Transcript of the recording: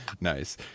Nice